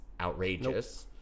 outrageous